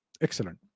Excellent